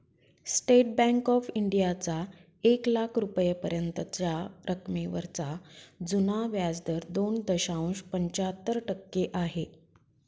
state bank of इंडियाचा एक लाख रुपयांपर्यंतच्या रकमेवरचा जुना व्याजदर दोन दशांश पंच्याहत्तर टक्के आहे